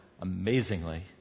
Amazingly